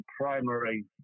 primary